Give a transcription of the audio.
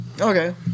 okay